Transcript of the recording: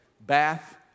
Bath